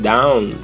Down